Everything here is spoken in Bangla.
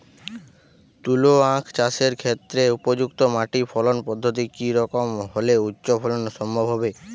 তুলো আঁখ চাষের ক্ষেত্রে উপযুক্ত মাটি ফলন পদ্ধতি কী রকম হলে উচ্চ ফলন সম্ভব হবে?